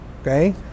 Okay